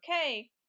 okay